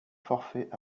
forfait